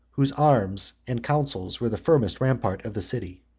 whose arms and counsels were the firmest rampart of the city.